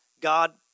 God